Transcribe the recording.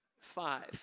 five